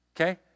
okay